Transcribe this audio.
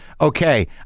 okay